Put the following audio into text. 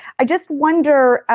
i just wonder,